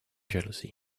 jealousy